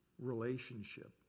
relationship